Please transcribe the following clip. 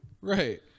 Right